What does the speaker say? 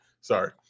Sorry